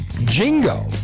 Jingo